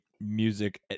music